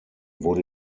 wurde